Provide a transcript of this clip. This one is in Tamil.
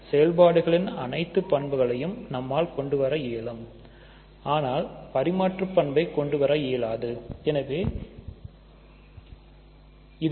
செயல்பாடுகளின் அனைத்து பண்புகளையும் நம்மால் கொண்டுவர இயலும் அனால் பரிமாற்றுப் பணப்பை கொண்டுவர இயலாது